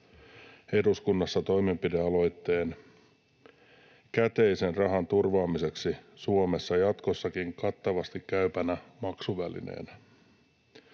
eduskunnassa toimenpidealoitteen käteisen rahan turvaamiseksi Suomessa jatkossakin kattavasti käypänä maksuvälineenä.